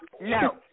No